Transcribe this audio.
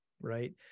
Right